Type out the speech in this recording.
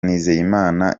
nizeyimana